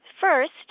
First